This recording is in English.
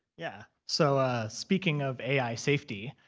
yeah. so speaking of ai safety,